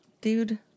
Dude